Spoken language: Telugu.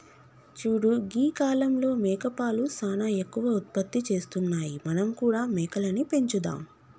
చూడు గీ కాలంలో మేకపాలు సానా ఎక్కువ ఉత్పత్తి చేస్తున్నాయి మనం కూడా మేకలని పెంచుదాం